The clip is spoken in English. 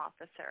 officer